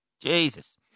Jesus